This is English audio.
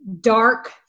dark